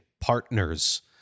partners